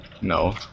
No